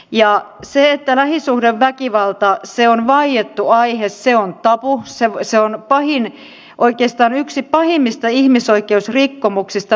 ja se että lähisuhdeväkivaltaa se on vaiettu tämän lisäksi valiokunta haluaa velvoittaa hallitusta itsenäisyyden juhlavuoden lähestyessä kahdella lausumalla